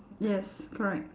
yes correct